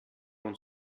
und